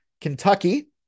Kentucky